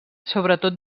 sobretot